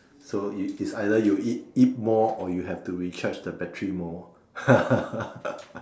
so it it's either you eat eat more or you have to recharge the battery more